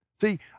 See